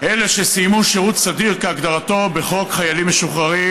אלה שסיימו שירות סדיר כהגדרתו בחוק חיילים משוחררים